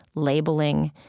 labeling,